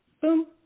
boom